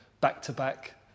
back-to-back